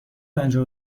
پنجاه